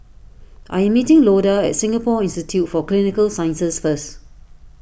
I am meeting Loda at Singapore Institute for Clinical Sciences first